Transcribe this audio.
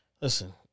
Listen